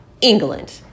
England